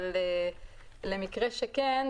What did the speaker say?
אבל למקרה שכן,